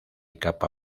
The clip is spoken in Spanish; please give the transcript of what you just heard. capa